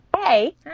hey